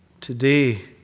Today